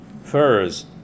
First